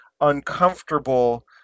uncomfortable